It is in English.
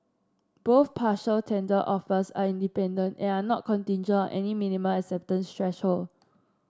both partial tender offers are independent and are not contingent on any minimum acceptance threshold